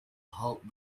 halt